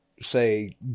say